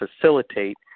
facilitate